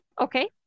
Okay